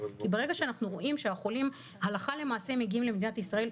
כי ברגע שאנחנו רואים שהחולים הלכה למעשה מגיעים למדינת ישראל,